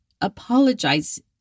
apologize